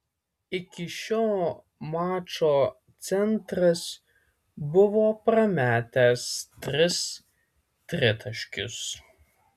iki šio mačo centras buvo prametęs tris tritaškius